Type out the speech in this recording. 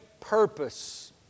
purpose